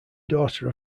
daughter